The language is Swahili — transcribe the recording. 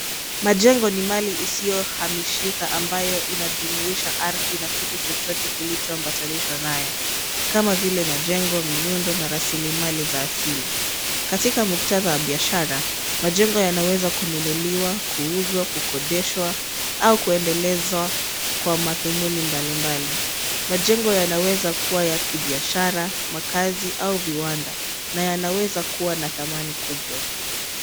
Majengo ni mali isiyo hamishika ambayo inajumuisha ardhi na kitu chochote kilichoambatanishwa nayo, kama vile majengo, miundo na rasilimali za asili. Katika muktadha wa biashara, majengo yanaweza kununuliwa, kuuzwa, kukodishwa au kuendelezwa kwa madhumuni mbalimbali. Majengo yanaweza kuwa ya kibiashara, makazi au viwanda na yanaweza kuwa na thamani kubwa.